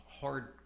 hard